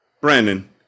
Brandon